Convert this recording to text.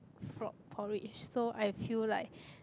frog porridge so I feel like